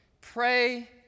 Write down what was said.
pray